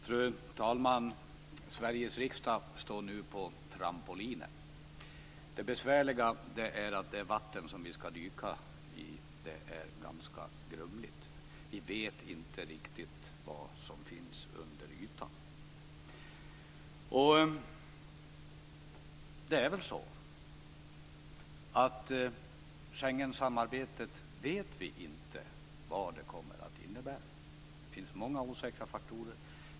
Fru talman! Sveriges riksdag står nu på trampolinen. Det besvärliga är att det vatten som vi skall dyka i är ganska grumligt. Vi vet inte riktigt vad som finns under ytan. Det är väl på det sättet att vi inte vet vad Schengensamarbetet kommer att innebära. Det finns många osäkra faktorer.